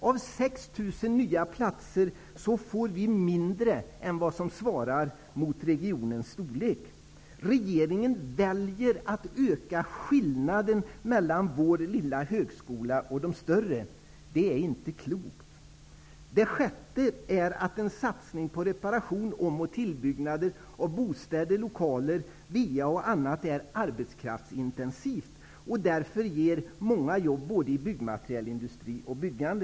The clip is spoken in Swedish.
Av 6 000 nya platser får vi mindre än vad som svarar mot regionens storlek. Regeringen väljer att öka skillnaden mellan vår lilla högskola och de större. Det är inte klokt. För det sjätte är satsningar på reparationer och omoch tillbyggnader av bostäder och lokaler, VA-nät o.d. är arbetskraftsintensiva. Det ger därför många jobb både i byggmaterialindustri och inom byggande.